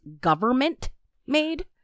government-made